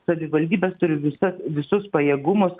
savivaldybės turi visa visus pajėgumus